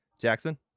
Jackson